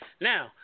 Now